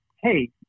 hey